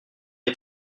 est